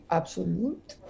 absolute